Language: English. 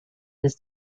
this